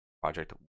Project